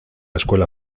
escuela